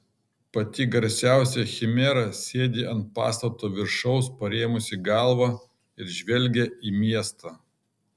pati garsiausia chimera sėdi ant pastato viršaus parėmusi galvą ir žvelgia į miestą